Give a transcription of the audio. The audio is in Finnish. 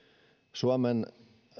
suomen